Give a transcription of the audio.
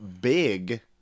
Big